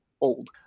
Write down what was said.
old